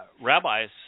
rabbis